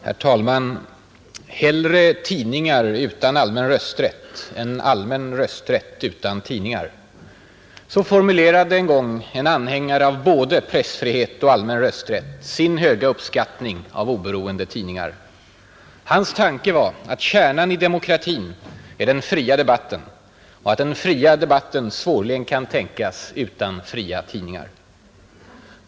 Herr talman! Hellre tidningar utan allmän rösträtt än allmän rösträtt utan tidningar. Så formulerade en gång en anhängare av både pressfrihet och allmän rösträtt sin höga uppskattning av oberoende tidningar. Hans tanke var att kärnan i demokratin är den fria debatten och att den fria debatten svårligen kan tänkas utan fria tidningar.